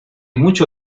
mucho